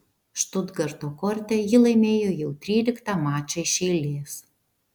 štutgarto korte ji laimėjo jau tryliktą mačą iš eilės